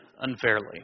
unfairly